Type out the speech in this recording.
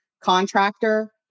contractor